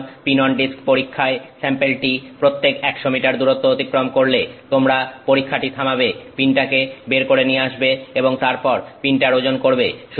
সুতরাং pin on disc পরীক্ষায় স্যাম্পেলটি প্রত্যেক 100 মিটার দূরত্ব অতিক্রম করলে তোমরা পরীক্ষাটি থামাবে পিনটাকে বের করে নিয়ে আসবে এবং তারপর পিনটার ওজন করবে